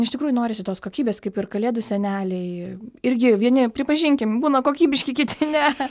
iš tikrųjų norisi tos kokybės kaip ir kalėdų seneliai irgi vieni pripažinkim būna kokybiški kiti ne